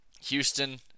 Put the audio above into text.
Houston